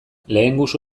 lehengusu